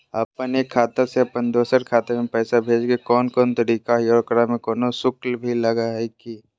अपन एक खाता से अपन दोसर खाता में पैसा भेजे के कौन कौन तरीका है और ओकरा में कोनो शुक्ल भी लगो है की?